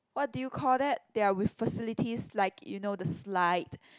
what do you call that they are with facilities like you know the slide